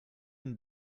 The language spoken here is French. une